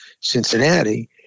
Cincinnati